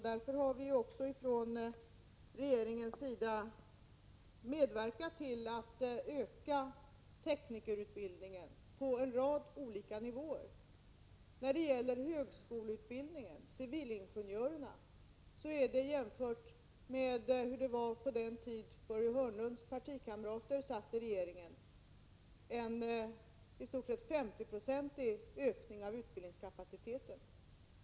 Därför har vi också från regeringens sida medverkat till att öka teknikerutbildningen på en rad olika nivåer. När det gäller högskoleutbildningen, utbildningen av civilingenjörer, har vi, jämfört med hur det var då Börje Hörnlunds partikamrater satt i regeringen, uppnått en i stort sett 50-procentig ökning av utbildningskapaciteten.